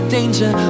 Danger